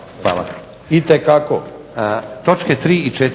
Hvala